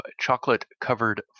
chocolate-covered